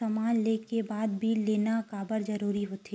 समान ले के बाद बिल लेना काबर जरूरी होथे?